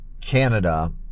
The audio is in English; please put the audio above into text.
Canada